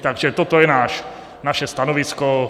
Takže toto je naše stanovisko.